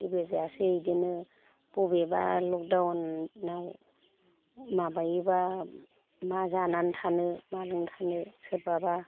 जेबो जायासै बेदिनो बबेबा लकडाउनाव माबायोब्ला मा जानानै थानो मा लोंनानै थानो सोरबाबा